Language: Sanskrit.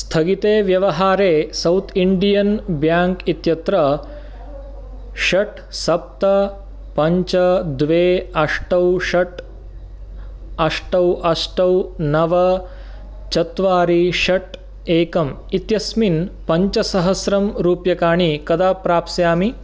स्थगिते व्यवहारे साऊत् इण्डियन् ब्याङ्क् इत्यत्र षट् सप्त पञ्च द्वे अष्टौ षट् अष्टौ अष्टौ नव चत्वारि षट् एकम् इत्यस्मिन् पञ्चसहस्रं रूप्यकाणि कदा प्राप्स्यामि